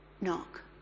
knock